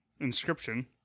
inscription